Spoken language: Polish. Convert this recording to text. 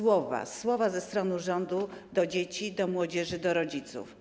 Słowa, słowa ze strony rządu do dzieci, do młodzieży, do rodziców.